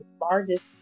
largest